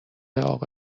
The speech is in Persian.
اقا